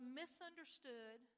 misunderstood